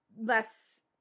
less